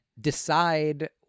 decide